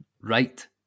right